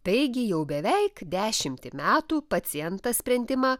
taigi jau beveik dešimtį metų pacientas sprendimą